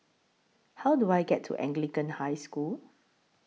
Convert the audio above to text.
How Do I get to Anglican High School